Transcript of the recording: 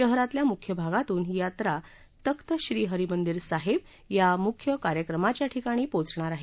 शहरातल्या मुख्य भागांतून ही यात्रा तख्त श्री हरी मंदीर साहेब या मुख्य कार्यक्रमाच्या ठिकाणी पोचणार आहे